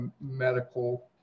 medical